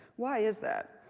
why is that?